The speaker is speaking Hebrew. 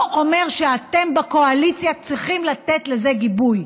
לא אומר שאתם בקואליציה צריכים לתת לזה גיבוי.